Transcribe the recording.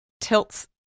tilts